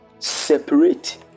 separate